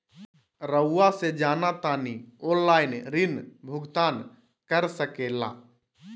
रहुआ से जाना तानी ऑनलाइन ऋण भुगतान कर सके ला?